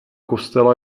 kostela